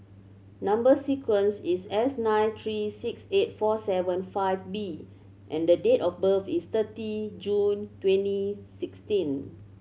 number sequence is S nine three six eight four seven five B and date of birth is thirty June twenty sixteen